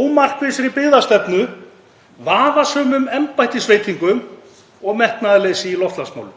ómarkvissri byggðastefnu, vafasömum embættisveitingum og metnaðarleysi í loftslagsmálum.